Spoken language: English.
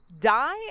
die